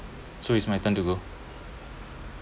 so it's my turn to go